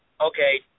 Okay